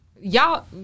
y'all